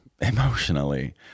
emotionally